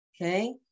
Okay